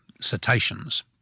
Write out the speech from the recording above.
cetaceans